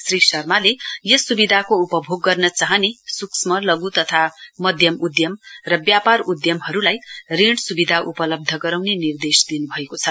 श्री शर्माले यस सुबिधाको उपभोग गर्न चाहने सुक्ष्मलध्न तथा मध्यम उद्यम र व्यापार गराउने निर्देश ऋण सूबिधा उपलब्ध गराउने निर्देश दिनुभएको छ